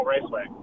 Raceway